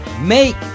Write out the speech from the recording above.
Make